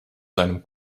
seinem